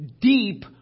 deep